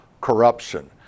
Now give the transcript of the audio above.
corruption